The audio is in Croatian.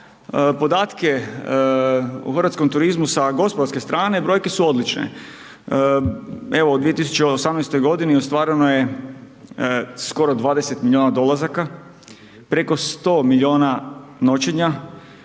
podatke u hrvatskom turizmu sa gospodarske strane, brojke su odlične. Evo, u 2018.g. ostvareno je skoro 20 milijuna dolazaka, preko 100 milijuna noćenja,